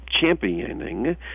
championing